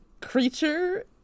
creature